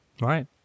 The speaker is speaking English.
Right